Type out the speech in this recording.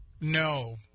No